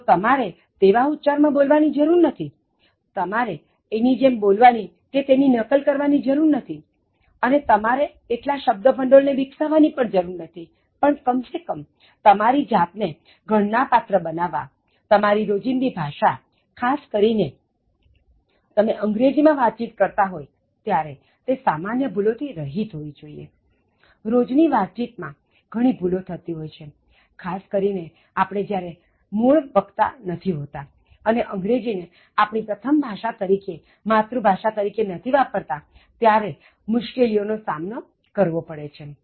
તો તમારે તેવા ઉચ્ચાર માં બોલવાની જરૂર નથીતમારે એની જેમ બોલવાની કે તેની નકલ કરવાની જરૂર નથી અને તમારે એટલા શબ્દ ભંડોળ વિકસાવવા ની પણ જરૂર નથી પણ કમસેકમ તમારી જાતને ગણનાપાત્ર બનાવવા તમારી રોજીંદી ભાષા ખાસ કરીને તમે અંગ્રેજીમાં વાતચીત કરતા હોય ત્યારે તે સામાન્ય ભૂલો થી રહિત હોવી જોઈએ રોજ ની વાતચીતમાં ઘણી ભૂલો થતી હોય છે ખાસ કરીને આપણે જ્યારે મૂળ વક્તા નથી હોતા અને અંગ્રેજીને આપણી પ્રથમ ભાષા તરીકે માતૃભાષા તરીકે નથી વાપરતા ત્યારે મૂશ્કેલીઓ નો સામનો કરવો પડે છે